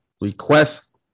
request